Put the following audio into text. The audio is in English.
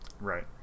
Right